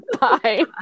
Bye